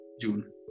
June